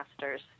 Masters